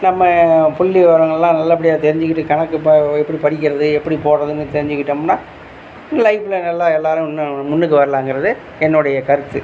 நம்ம புள்ளி விவரங்கள்லாம் நல்லபடியாக தெரிஞ்சிக்கிட்டு கணக்கு பா எப்படி படிக்கிறது எப்படி போடுறதுன்னு தெரிஞ்சிக்கிட்டோம்னா லைஃப்பில் நல்லா எல்லோரும் இன்னும் முன்னுக்கு வரலாங்கிறது என்னுடைய கருத்து